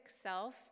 self